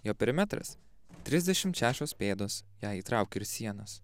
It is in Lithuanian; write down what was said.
jo perimetras trisdešimt šešios pėdos jai įtrauki ir sienas